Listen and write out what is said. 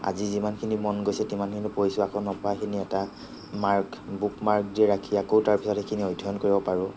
আজি যিমানখিনি মন গৈছে তিমানখিনি পঢ়িছোঁ আকৌ নপঢ়াখিনি এটা মাৰ্ক বুকমাৰ্ক দি ৰাখি আকৌ তাৰ পিছত সেইখিনি অধ্য়য়ন কৰিব পাৰোঁ